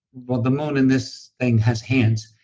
well the moon in this thing has hands,